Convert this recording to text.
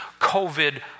COVID